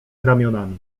ramionami